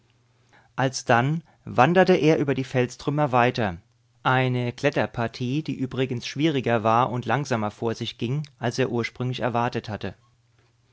alsdann wanderte er über die felstrümmer weiter eine kletterpartie die übrigens schwieriger war und langsamer vor sich ging als er ursprünglich erwartet hatte